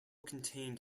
contained